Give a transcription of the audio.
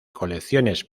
colecciones